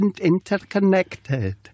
interconnected